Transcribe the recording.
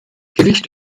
gewicht